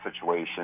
situation